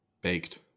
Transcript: Baked